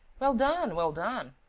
well done well done!